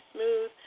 Smooth